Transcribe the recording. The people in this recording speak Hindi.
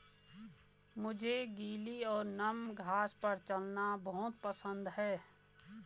मुझे गीली और नम घास पर चलना बहुत पसंद है